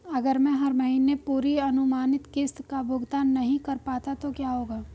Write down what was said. अगर मैं हर महीने पूरी अनुमानित किश्त का भुगतान नहीं कर पाता तो क्या होगा?